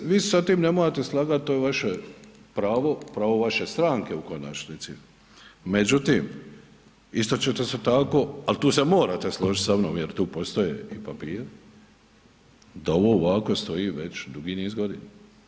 Ok, vi se sa tim ne morate slagati, to je vaše pravo, pravo vaše stranke u konačnici međutim isto ćete se tako ali tu se morate složiti sa mnom jer tu postoje i papiri, da ovo ovako stoji već dugi niz godina.